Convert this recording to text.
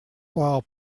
while